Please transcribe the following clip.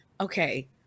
okay